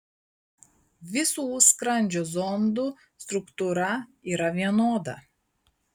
visų skrandžio zondų struktūra yra vienoda